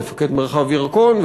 מפקד מרחב ירקון,